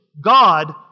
God